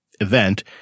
event